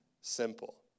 simple